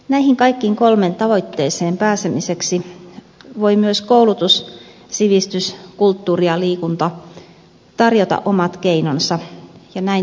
näihin kaikkiin kolmeen tavoitteeseen pääsemiseksi voivat myös koulutus sivistys kulttuuri ja liikunta tarjota omat keinonsa ja näin tuleekin